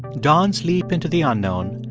don's leap into the unknown,